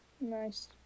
Nice